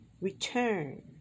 Return